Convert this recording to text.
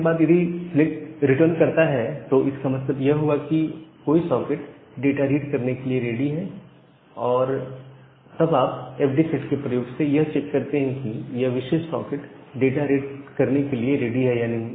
इसके बाद यदि सिलेक्ट रिटर्न करता है तो इसका मतलब यह हुआ कि कोई सॉकेट डाटा रीड करने के लिए रेडी है तब आप एफडी सेट के प्रयोग से यह चेक करते हैं कि वह विशेष सॉकेट डाटा रीड करने के लिए रेडी है या नहीं